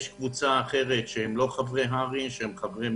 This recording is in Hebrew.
יש קבוצה אחרת שמאוגדים ב-"מרשם".